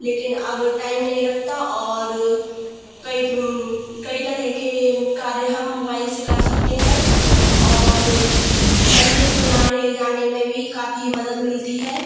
लेकिन अब टाइम नहीं लगता और कई कई तरह के कार्य हम मोबाइल से कर सकते हैं और संदेश को लाने ले जाने में भी काफी मदद मिलती है